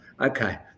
okay